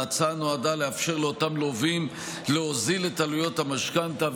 ההצעה נועדה לאפשר לאותם לווים להוזיל את עלויות המשכנתה,